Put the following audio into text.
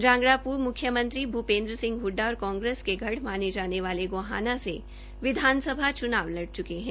जांगड़ा पूर्व मुख्यमंत्री भूपेंद्र सिंह हड्डा और कांग्रेस के गढ़ माने जाने वाले गोहाना से विधानसभा चनाव लड़ चुके हैं